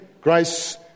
Grace